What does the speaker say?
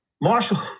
Marshall